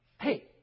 Hey